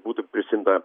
būtų prisiimta